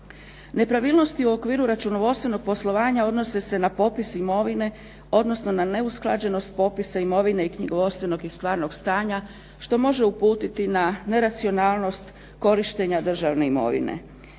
Nepravilnosti u okviru računovodstvenog poslovanja odnose se na popis imovine, odnosno na neusklađenost popisa imovine i knjigovodstvenog i stvarnog stanja što može uputiti na neracionalnost korištenja državne imovine.